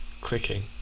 clicking